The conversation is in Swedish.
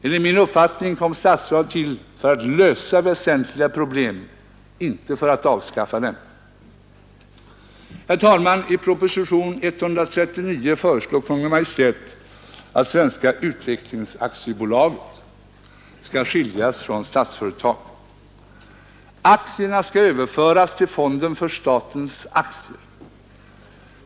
Enligt min uppfattning kom Statsföretag till för att lösa väsentliga problem, inte för att avskaffa dem. Herr talman! I proposition 139 föreslår Kungl. Maj:t att Svenska utvecklingsaktiebolaget skall skiljas från Statsföretag. Aktierna skall överföras till fonden för statens aktier.